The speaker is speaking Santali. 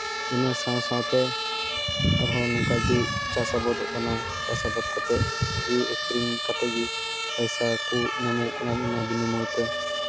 ᱤᱱᱟᱹ ᱥᱟᱶ ᱥᱟᱶᱛᱮ ᱟᱨ ᱦᱚᱸ ᱱᱚᱝᱠᱟᱜᱮ ᱪᱟᱥ ᱟᱵᱟᱫᱚᱜ ᱠᱟᱱᱟ ᱪᱟᱥ ᱟᱵᱟᱫ ᱠᱟᱛᱮᱫ ᱠᱤᱨᱤᱧ ᱟᱹᱠᱷᱨᱤᱧ ᱠᱟᱛᱮ ᱜᱮ ᱯᱚᱭᱥᱟ ᱠᱚ ᱧᱟᱢᱚᱜᱚ ᱠᱟᱱᱟ ᱚᱱᱟ ᱵᱤᱱᱤᱢᱚᱭᱛᱮ